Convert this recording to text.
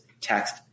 text